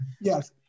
Yes